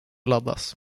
laddas